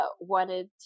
wanted